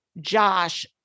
Josh